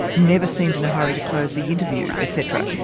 never seemed in a hurry to close the interview, et cetera.